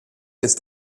ist